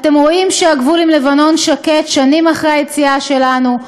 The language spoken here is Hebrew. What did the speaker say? אתם רואים שהגבול עם לבנון שקט שנים אחרי היציאה שלנו?